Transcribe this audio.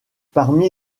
parmi